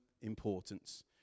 importance